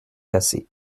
cassées